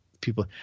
people –